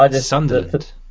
Sunderland